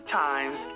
times